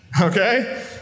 okay